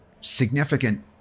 significant